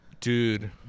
dude